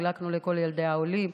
חילקנו לכל ילדי העולים.